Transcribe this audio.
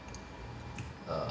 err